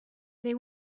they